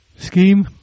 Scheme